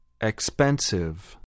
Expensive